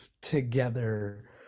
together